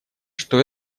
что